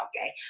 okay